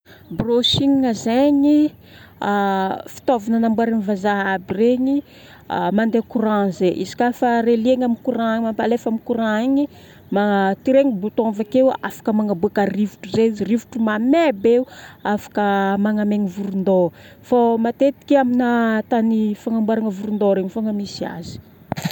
Brochine zegny, fitaovagna namboarin'ny vazaha aby regny, mandeha courant zay. Izy ka afa relier-na amin'ny courant, alefa amin'ny courant igny, ma tiregna bouton avakeo afaka magnaboaka rivotro zay izy. Rivotro mamay be io, afaka manamaigny vorindoha. Fô matetika amina tany fagnamboaragna vorindoha regny fogna misy azy.